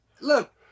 Look